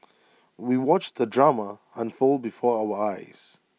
we watched the drama unfold before our eyes